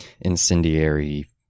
incendiary